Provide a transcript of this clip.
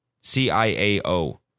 C-I-A-O